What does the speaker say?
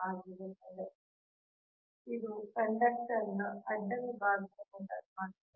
ಆದ್ದರಿಂದ ಇದು ಕಂಡಕ್ಟರ್ ನ ಅಡ್ಡ ವಿಭಾಗೀಯ ನೋಟವಾಗಿದೆ